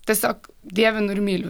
tiesiog dievinu ir myliu